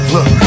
Look